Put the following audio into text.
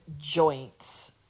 joints